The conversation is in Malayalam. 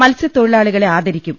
മത്സ്യ ത്തൊഴിലാളികളെ ആദരിക്കും